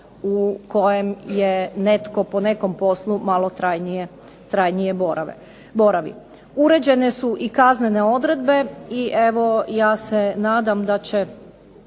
u kojem je netko po nekom poslu malo trajnije boravi. Uređene su i kaznene odredbe i evo ja se nadam da će